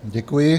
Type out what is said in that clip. Děkuji.